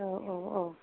औ औ औ